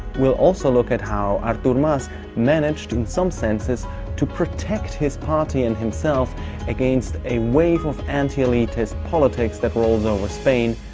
we'll also look at how artur mas managed in some senses to protect his party and himself against a wave of anti-elitist politics that rolls over spain,